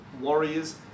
Warriors